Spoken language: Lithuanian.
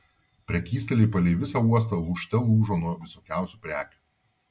prekystaliai palei visą uostą lūžte lūžo nuo visokiausių prekių